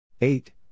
Eight